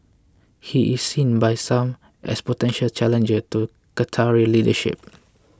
he is seen by some as a potential challenger to the Qatari leadership